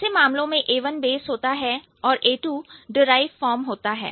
ऐसे मामलों में A1 बेस होता है और ए टू डिराइव फॉर्म होता है